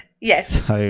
Yes